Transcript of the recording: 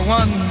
one